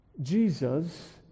Jesus